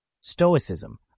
Stoicism